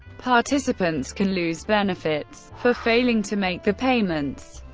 participants can lose benefits for failing to make the payments.